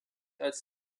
als